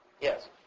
Yes